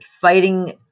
fighting